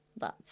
Love